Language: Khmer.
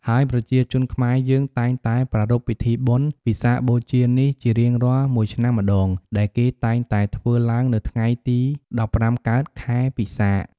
ហើយប្រជាជនខ្មែរយើងតែងតែប្រារព្ធពិធីបុណ្យវិសាខបូជានេះរៀងរាល់មួយឆ្នាំម្តង ដែលគេតែងតែធ្វើឡើងនៅថ្ងៃទី ១៥កើត ខែពិសាខ។